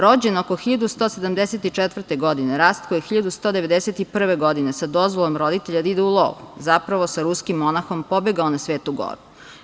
Rođen oko 1174. godine Rastko je 1191. godine sa dozvolom roditelja da ide u lov zapravo sa ruskom monahom pobegao na Svetu Goru.